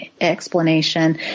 explanation